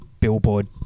billboard